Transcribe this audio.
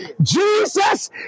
Jesus